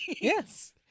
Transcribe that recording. Yes